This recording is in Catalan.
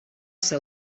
ser